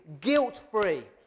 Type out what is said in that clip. guilt-free